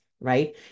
right